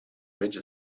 ridge